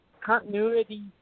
continuity